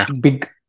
big